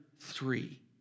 Three